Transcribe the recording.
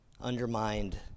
Undermined